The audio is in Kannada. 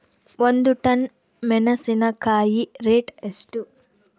ಒಂದು ಟನ್ ಮೆನೆಸಿನಕಾಯಿ ರೇಟ್ ಎಷ್ಟು?